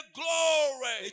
glory